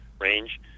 range